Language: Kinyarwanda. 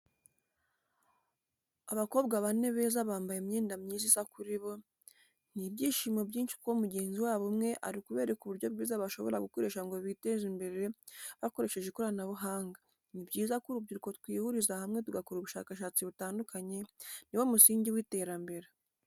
Abakobwa bane beza bambaye imyenda myiza isa kuri bo, ni ibyishimo byinshi kuko mugenzi wabo umwe ari kubereka uburyo bwiza bashobora gukoresha ngo biteze imbere bakoresheje ikoranabuhanga, ni byiza ko urubyiruko twihuriza hamwe tugakora ubushakashatsi butandukanye, ni wo musingi w'iterambere.